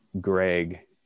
Greg